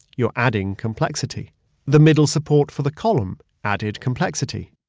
you're adding complexity the middle support for the column added complexity,